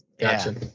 Gotcha